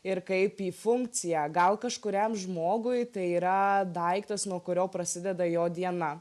ir kaip į funkciją gal kažkuriam žmogui tai yra daiktas nuo kurio prasideda jo diena